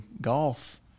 golf